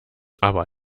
aber